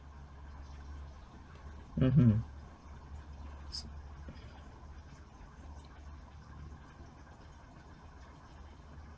mmhmm